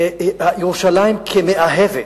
ירושלים כמאהבת,